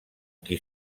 qui